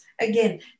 Again